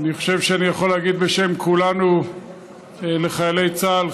אני חושב שאני יכול להגיד בשם כולנו לחיילי צה"ל: